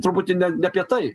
truputį ne ne apie tai